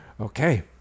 Okay